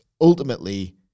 Ultimately